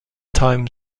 time